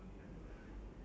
you paid already